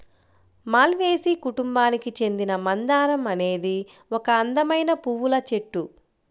మాల్వేసి కుటుంబానికి చెందిన మందారం అనేది ఒక అందమైన పువ్వుల చెట్టు